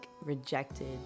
rejected